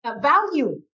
value